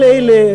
כל אלה,